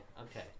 okay